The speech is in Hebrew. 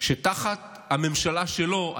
שתחת הממשלה שלו,